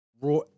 raw